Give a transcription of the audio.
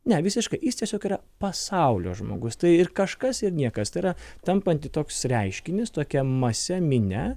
ne visiškai jis tiesiog yra pasaulio žmogus tai ir kažkas ir niekas tai yra tampanti toks reiškinius tokia mase minia